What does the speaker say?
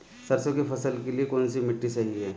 सरसों की फसल के लिए कौनसी मिट्टी सही हैं?